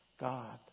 God